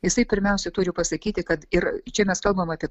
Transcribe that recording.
jisai pirmiausiai turi pasakyti kad ir čia mes kalbam apie